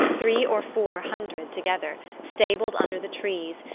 three or four hundred together, stabled under the trees,